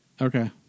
Okay